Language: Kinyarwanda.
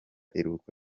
iruhuko